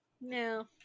no